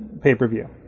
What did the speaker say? pay-per-view